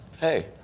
Hey